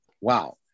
Wow